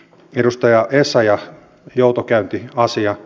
edustaja essayah joutokäyntiasia